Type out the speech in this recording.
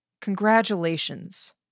Congratulations